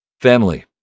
Family